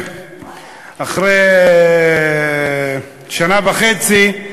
אחרי שנה וחצי,